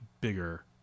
bigger